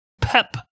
pep